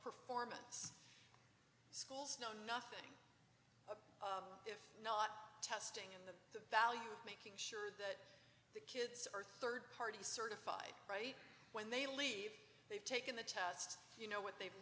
performance schools know nothing if not testing in the the value of making sure that the kids are third party certified right when they leave they've taken the test you know what they've